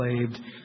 enslaved